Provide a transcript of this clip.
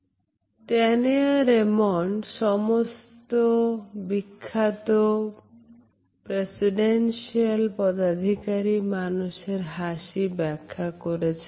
Tanya Raymond সমস্ত বিখ্যাত presidential পদাধিকারী মানুষের হাসি ব্যাখ্যা করেছেন